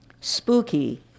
Spooky